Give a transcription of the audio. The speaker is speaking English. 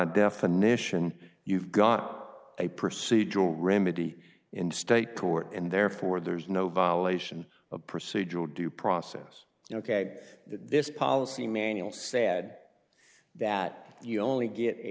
definition you've got a procedural remedy in state court and therefore there's no violation of procedural due process ok this policy manual sad that you only get a